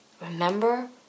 Remember